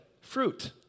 fruit